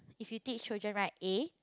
if you teach children right A